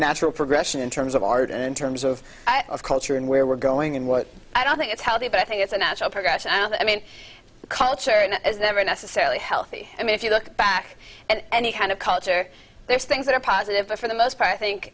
natural progression in terms of art in terms of culture and where we're going and what i don't think it's healthy but i think it's a natural progression i mean culture and never necessarily healthy i mean if you look back and you kind of culture there's things that are positive but for the most part i think